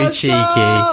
cheeky